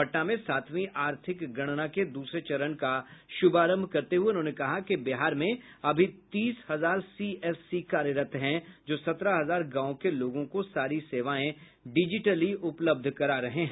पटना में सातवीं आर्थिक गणना के दूसरे चरण का शुभारंभ करते हुए उन्होंने कहा कि बिहार में अभी तीस हजार सीएससी कार्यरत हैं जो सत्रह हजार गांव के लोगों को सारी सेवाएं डिजिटली उपलब्ध करा रहे हैं